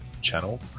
channel